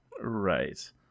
Right